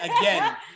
Again